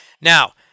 Now